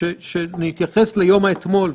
שנתייחס ליום האתמול.